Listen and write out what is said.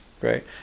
right